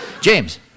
James